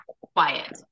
quiet